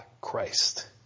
Christ